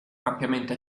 ampiamente